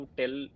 tell